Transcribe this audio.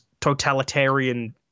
totalitarian